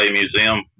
museum